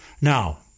Now